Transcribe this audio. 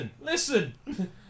listen